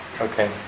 Okay